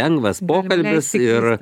lengvas pokalbis ir